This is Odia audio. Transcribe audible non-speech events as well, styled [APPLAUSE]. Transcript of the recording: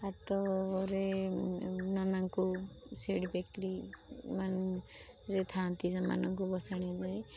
ପାଟରେ ନନାଙ୍କୁ ସିଡ଼ି [UNINTELLIGIBLE] ରେ ଥାଆନ୍ତି ସେମାନଙ୍କୁ ବସାଣିଯାଏ